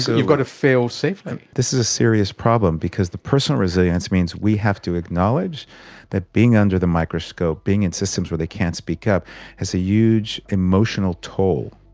you've got to fail safely. absolutely, this is a serious problem because the personal resilience means we have to acknowledge that being under the microscope, being in systems where they can't speak up has a huge emotional toll.